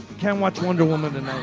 can't watch wonder woman tonight.